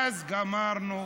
אז גמרנו: